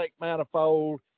manifold